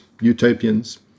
utopians